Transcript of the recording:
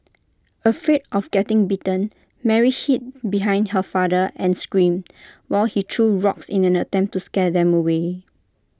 afraid of getting bitten Mary hid behind her father and screamed while he threw rocks in an attempt to scare them away